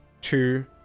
two